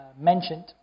mentioned